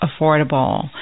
affordable